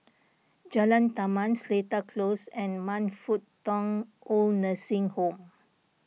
Jalan Taman Seletar Close and Man Fut Tong Oid Nursing Home